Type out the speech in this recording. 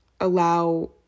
allow